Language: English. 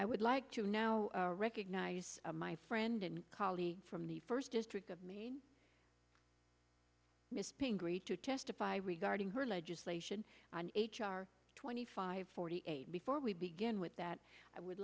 i would like to now recognize my friend and colleague from the first district of maine missed pingree to testify regarding her legislation on h r twenty five forty eight before we begin with that i would